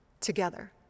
together